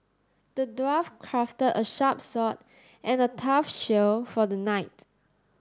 the dwarf crafted a sharp sword and a tough shield for the knight